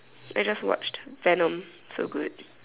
I just watched Venom so good